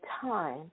time